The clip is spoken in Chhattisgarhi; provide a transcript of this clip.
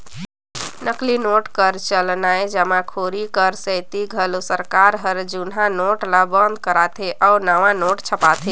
नकली नोट कर चलनए जमाखोरी कर सेती घलो सरकार हर जुनहा नोट ल बंद करथे अउ नावा नोट छापथे